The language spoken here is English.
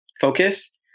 focus